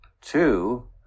Two